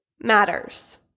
matters